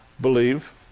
believe